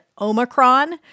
Omicron